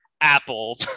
apple